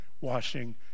washing